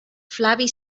flavi